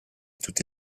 tutti